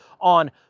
on